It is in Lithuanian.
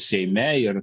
seime ir